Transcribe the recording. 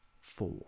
four